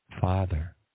Father